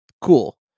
cool